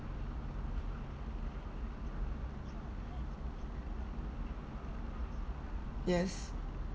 yes